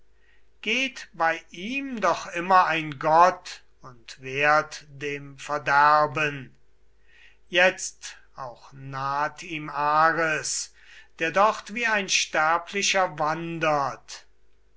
geht bei ihm doch immer ein gott und wehrt dem verderben jetzt auch naht ihm ares der dort wie ein sterblicher wandert